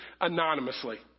anonymously